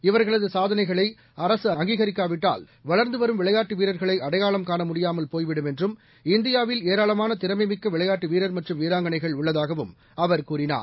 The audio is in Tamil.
இவர்களது சாதனைகளை அரசு அங்கீகரிக்காவிட்டால் வளர்ந்துவரும் விளையாட்டு வீரர்களை அடையாளம் காணாமுடியாமல் போய்விடும் என்றும் இந்தியாவில் ஏராளமான திறமைமிக்க விளையாட்டு வீரர் மற்றும் வீராங்கனைகள் உள்ளதாகவும் அவர் கூறினார்